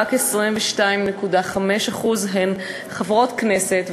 רק 22.5% הן חברות הכנסת,